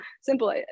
simple